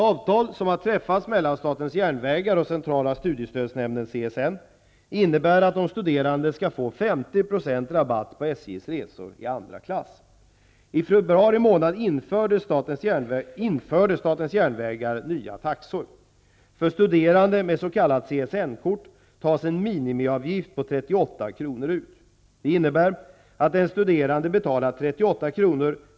kort tas en minimiavgift på 38 kr. ut. Det innebär att den studerande betalar 38 kr.